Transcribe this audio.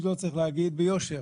עם זאת, צריך להגיד ביושר,